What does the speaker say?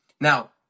Now